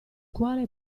quale